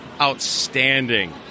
outstanding